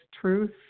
truth